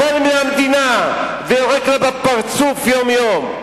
אוכל מהמדינה ויורק לה בפרצוף יום-יום,